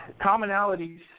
commonalities